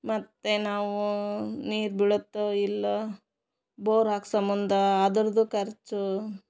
ಮತ್ತು ನಾವು ನೀರು ಬೀಳುತ್ತೋ ಇಲ್ವೋ ಬೋರ್ ಹಾಕ್ಸೋ ಮುಂದೆ ಅದರದು ಖರ್ಚು